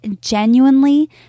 genuinely